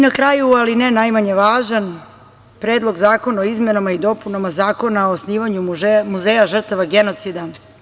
Na kraju, ali ne najmanje važan, Predlog zakona o izmenama i dopunama Zakona o osnivanju Muzeja žrtava genocida.